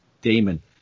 Damon